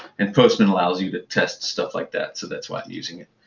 and postman allows you to test stuff like that. so that's why i'm using it.